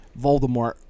Voldemort